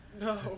no